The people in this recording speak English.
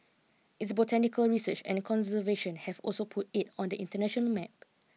its botanical research and conservation have also put it on the international map